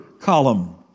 column